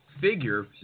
figure